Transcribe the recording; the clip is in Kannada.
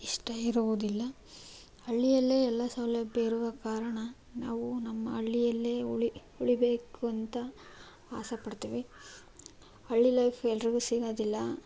ಇಷ್ಟ ಇರುವುದಿಲ್ಲ ಹಳ್ಳಿಯಲ್ಲೇ ಎಲ್ಲ ಸೌಲಭ್ಯ ಇರುವ ಕಾರಣ ನಾವು ನಮ್ಮ ಹಳ್ಳಿಯಲ್ಲೇ ಉಳಿ ಉಳಿಬೇಕೂಂತ ಆಸೆ ಪಡ್ತೀವಿ ಹಳ್ಳಿ ಲೈಫ್ ಎಲ್ರಿಗೂ ಸಿಗೋದಿಲ್ಲ